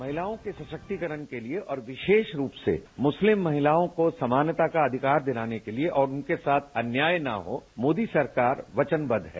महिलाओं के सशक्तिकरण के लिए और विशेष रूप से मुस्लिम महिलाओं को समानता का अधिकार दिलाने के लिए और उनके साथ अन्याय न हो मोदी सरकार वचनबद्ध है